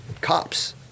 cops